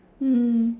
mm